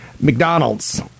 McDonald's